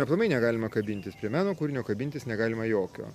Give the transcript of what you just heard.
aplamai negalima kabintis prie meno kūrinio kabintis negalima jokio